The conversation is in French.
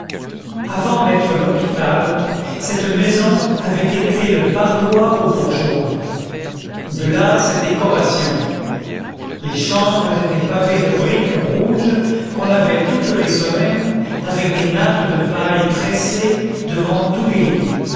avant d'être l'hôpital cette maison avait été le parloir aux bourgeois de là cette décoration les chambres étaient pavées de briques rouges qu'on lavait toutes les semaines avec des nattes de paille tressée devant tous les lits